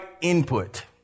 input